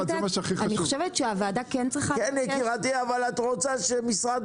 אני חושבת שהוועדה כן צריכה --- את רוצה שמשרד